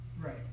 Right